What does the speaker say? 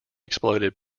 exploded